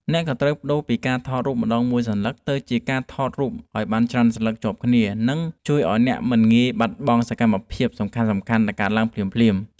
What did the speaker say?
អ្នកក៏ត្រូវប្ដូរពីការថតរូបម្ដងមួយសន្លឹកទៅជាការថតរូបឱ្យបានច្រើនសន្លឹកជាប់គ្នា និង ជួយឱ្យអ្នកមិនងាយនឹងបាត់បង់សកម្មភាពសំខាន់ៗដែលកើតឡើងភ្លាមៗ។